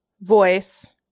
voice